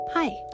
Hi